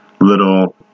little